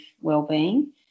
well-being